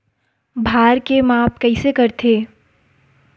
भार के माप कइसे करथे?